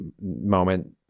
moment